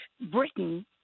Britain